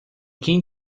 quem